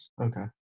Okay